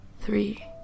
three